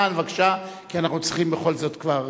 אצלי בבית ישבו אנשים